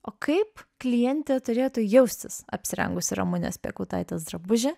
o kaip klientė turėtų jaustis apsirengusi ramunės piekautaitės drabužį